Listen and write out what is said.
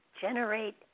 generate